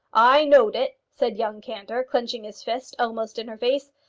i know'd it, said young cantor, clenching his fist almost in her face.